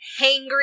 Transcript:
hangry